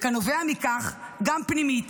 וכנובע מכך גם פנימית,